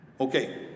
Okay